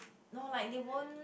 no like they won't